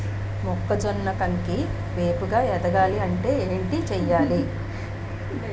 మొక్కజొన్న కంకి ఏపుగ ఎదగాలి అంటే ఏంటి చేయాలి?